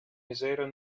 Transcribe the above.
misere